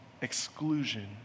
exclusion